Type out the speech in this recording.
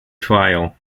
trial